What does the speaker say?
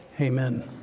Amen